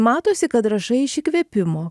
matosi kad rašai iš įkvėpimo